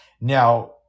Now